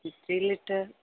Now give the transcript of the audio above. द्वि लिटर्